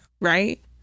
Right